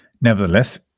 nevertheless